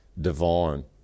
divine